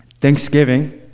Thanksgiving